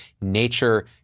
nature